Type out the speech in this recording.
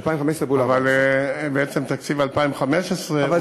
2015 מול 2014. אבל בעצם תקציב 2015 הוא